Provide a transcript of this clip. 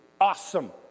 Awesome